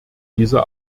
dieser